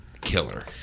killer